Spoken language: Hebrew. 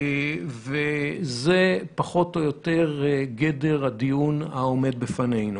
וזה פחות או יותר גדר הדיון העומד בפנינו.